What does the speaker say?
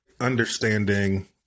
understanding